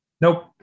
Nope